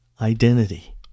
identity